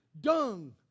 dung